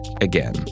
again